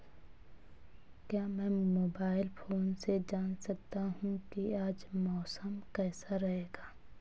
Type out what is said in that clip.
क्या मैं mobile phone से जान सकता हूँ कि आज मौसम कैसा रहेगा?